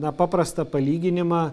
na paprastą palyginimą